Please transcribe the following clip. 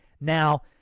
Now